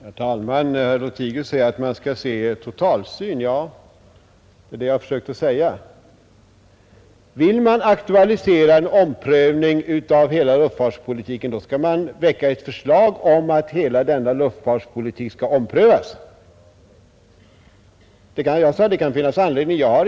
Herr talman! Herr Lothigius säger att man skall se till totalverkan. Ja, det är det som jag har försökt säga. Vill man aktualisera en omprövning av hela luftfartspolitiken skall man väcka förslag om att den skall omprövas. Jag sade att det kan finnas anledning att göra det.